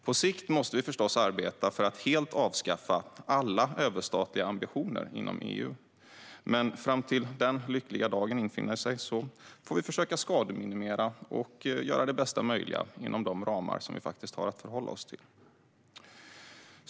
På sikt måste vi förstås arbeta för att helt avskaffa alla överstatliga ambitioner inom EU, men fram till dess att den lyckliga dagen infaller får vi försöka skademinimera och göra det bästa möjliga inom de ramar vi faktiskt har att förhålla oss till.